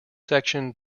section